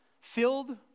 filled